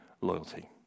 loyalty